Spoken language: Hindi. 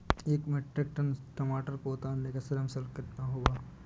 एक मीट्रिक टन टमाटर को उतारने का श्रम शुल्क कितना होगा?